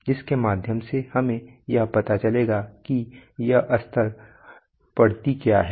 जिसके माध्यम से हमें यह पता चलेगा कि यह स्तर करता क्या है